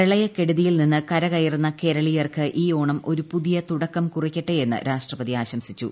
പ്രളയക്കെടുതിയിൽ നിന്ന് കരകയറുന്ന കേരളീയർക്ക് ഈ ഓണം ഒരു പുതിയ തുടക്കം കുറിയ്ക്കട്ടെയെന്ന് രാഷ്ട്രപതി ആശംസിച്ചു